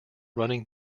running